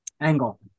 angle